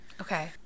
Okay